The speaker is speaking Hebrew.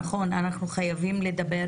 נכון, אנחנו חייבים לדבר,